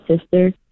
sister